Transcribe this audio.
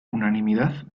unanimidad